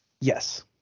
yes